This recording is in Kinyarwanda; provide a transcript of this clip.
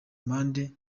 amande